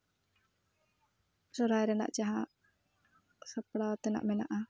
ᱥᱚᱨᱦᱟᱭ ᱨᱮᱱᱟᱜ ᱡᱟᱦᱟᱸ ᱥᱟᱯᱲᱟᱣ ᱛᱮᱱᱟᱜ ᱢᱮᱱᱟᱜᱼᱟ